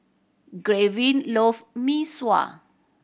Gavyn loves Mee Sua